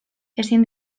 ezin